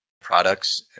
products